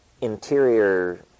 interior